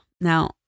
Now